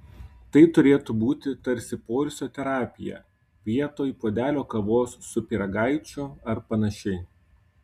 tai turėtų būti tarsi poilsio terapija vietoj puodelio kavos su pyragaičiu ar panašiai